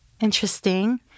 interesting